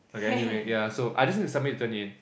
okay anyway ya so I just need to submit to Turnitin